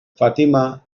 fatima